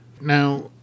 Now